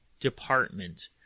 department